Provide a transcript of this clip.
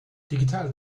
digital